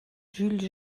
jules